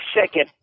second